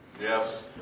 Yes